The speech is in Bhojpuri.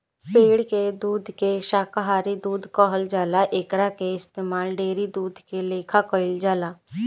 पेड़ के दूध के शाकाहारी दूध कहल जाला एकरा के इस्तमाल डेयरी दूध के लेखा कईल जाला